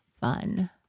fun